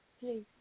Please